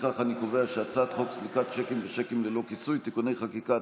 לפיכך אני קובע שהצעת חוק סליקת שיקים ושיקים ללא כיסוי (תיקוני חקיקה),